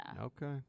okay